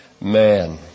man